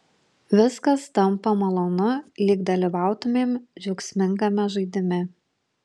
viskas tampa malonu lyg dalyvautumėm džiaugsmingame žaidime